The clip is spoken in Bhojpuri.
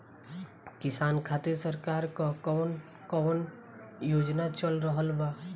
किसान खातिर सरकार क कवन कवन योजना चल रहल बा?